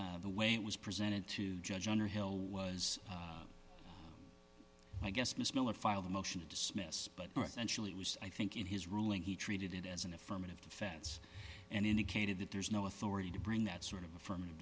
court the way it was presented to judge underhill was i guess miss miller filed a motion to dismiss but i think in his ruling he treated it as an affirmative defense and indicated that there's no authority to bring that sort of affirmative